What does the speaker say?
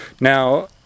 Now